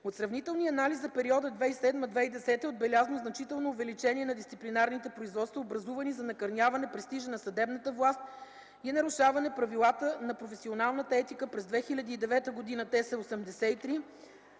От сравнителния анализ за периода 2007–2010 г. е отбелязано значително увеличение на дисциплинарните производства, образувани за накърняване престижа на съдебната власт и нарушаване правилата на професионалната етика. През 2009 г. те